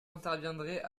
interviendrait